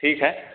ठीक है